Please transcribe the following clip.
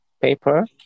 paper